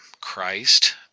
Christ